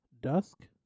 Dusk